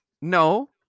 No